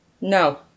No